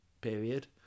period